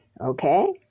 Okay